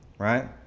Right